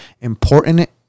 important